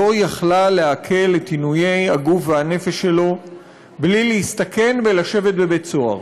לא יכלה להקל את עינויי הגוף והנפש שלו בלי להסתכן בלשבת בבית-סוהר.